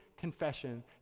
Confession